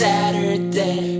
Saturday